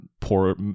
poor